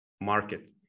market